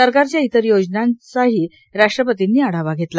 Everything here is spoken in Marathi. सरकारच्या इतर योजनांचाही राष्ट्रपतींनी आढावा घेतला